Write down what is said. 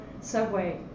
subway